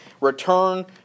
Return